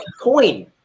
Coin